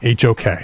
HOK